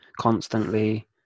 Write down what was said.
constantly